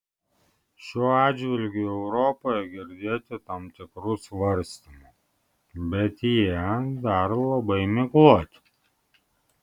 šiuo atžvilgiu europoje girdėti tam tikrų svarstymų bet jie dar labai migloti